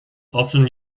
often